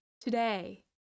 today